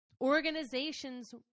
organizations